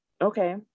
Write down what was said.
okay